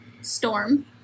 storm